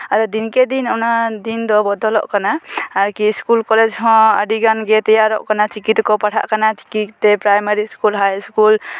ᱟᱨ ᱫᱤᱱᱠᱮ ᱫᱤᱱ ᱚᱱᱟ ᱫᱤᱱ ᱫᱚ ᱵᱚᱫᱚᱞᱚᱜ ᱠᱟᱱᱟ ᱟᱨᱠᱤ ᱤᱥᱠᱩᱞ ᱠᱚᱞᱮᱡ ᱦᱚᱸ ᱟᱹᱰᱤ ᱜᱟᱱᱜᱮ ᱛᱮᱭᱟᱨᱚᱜ ᱠᱟᱱᱟ ᱪᱤᱠᱤ ᱛᱮᱠᱚ ᱯᱟᱲᱦᱟᱜ ᱠᱟᱱᱟ ᱪᱤᱠᱤᱛᱮ ᱯᱨᱟᱭᱢᱟᱨᱤ ᱤᱥᱠᱩᱞ ᱦᱟᱭ ᱤᱥᱠᱩᱞ